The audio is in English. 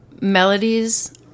Melodies